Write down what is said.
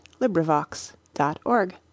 LibriVox.org